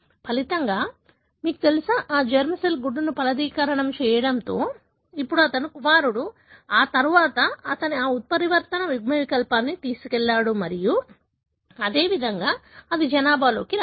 ఫలితంగా మీకు తెలుసా ఆ జెర్మ్ సెల్ గుడ్డును ఫలదీకరణం చేయడంతో ఇప్పుడు అతని కుమారుడు ఆ తరువాత అతను ఆ ఉత్పరివర్తన యుగ్మవికల్పాన్ని తీసుకెళ్లాడు మరియు అదేవిధంగా అది జనాభాలో రావచ్చు